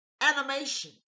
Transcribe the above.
animation